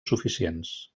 suficients